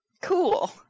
Cool